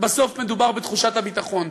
בסוף מדובר בתחושת הביטחון.